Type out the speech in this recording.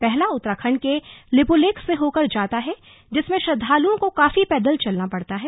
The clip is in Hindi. पहला उत्तराखंड के लिपुलेख से होकर जाता है जिसमें श्रद्धालुओं को काफी पैदल चलना पड़ता है